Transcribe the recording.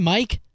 Mike